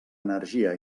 energia